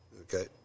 Okay